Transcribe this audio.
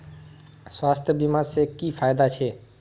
स्वास्थ्य बीमा से की की फायदा छे?